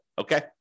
Okay